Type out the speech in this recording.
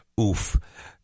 Oof